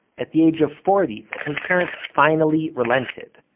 at the age of forty, that his parents finally relented.